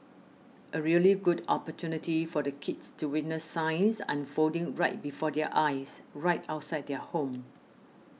a really good opportunity for the kids to witness science unfolding right before their eyes right outside their home